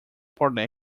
partly